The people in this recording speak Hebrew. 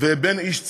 ובין איש ציבור.